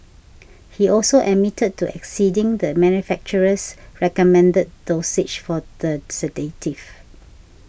he also admitted to exceeding the manufacturer's recommended dosage for the sedative